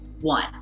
one